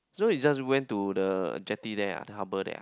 so you just went to the jetty there ah the harbor there ah